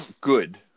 good